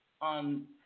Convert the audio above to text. on